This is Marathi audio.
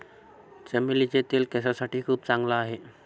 चमेलीचे तेल केसांसाठी खूप चांगला आहे